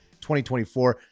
2024